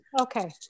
okay